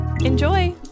Enjoy